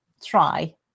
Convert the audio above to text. try